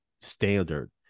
standard